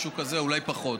משהו כזה, אולי פחות,